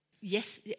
Yes